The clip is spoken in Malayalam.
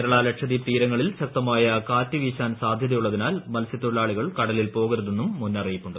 കേരള ലക്ഷദ്വീപ് തീരങ്ങളിൽ ശക്തമായ കാറ്റ് വീശാൻ സാധ്യതയുള്ളതിനാൽ മത്സ്യത്തൊഴിലാളികൾ കടലിൽ പോകരുതെന്നും മുന്നറിയിപ്പുണ്ട്